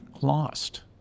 lost